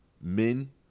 Men